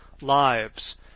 lives